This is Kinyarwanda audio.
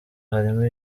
harimo